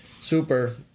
Super